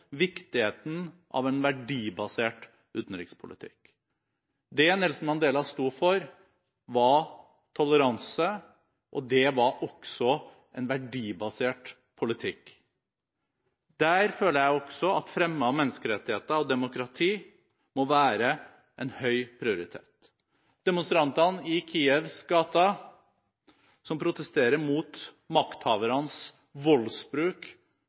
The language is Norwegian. viktigheten av en verdibasert utenrikspolitikk. Det Nelson Mandela sto for, var toleranse, og det var også en verdibasert politikk. Jeg føler også at det å fremme menneskerettigheter og demokrati må være en høy prioritet. Demonstrantene i Kievs gater som protesterer mot makthavernes voldsbruk,